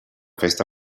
festa